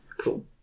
Cool